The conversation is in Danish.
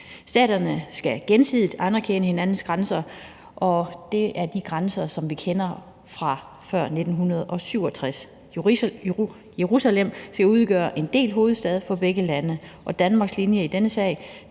Staterne skal gensidigt anerkende hinandens grænser, og det er de grænser, som vi kender fra før 1967, og Jerusalem skal udgøre en delt hovedstad for begge lande. Danmarks linje i denne sag